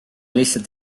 lihtsalt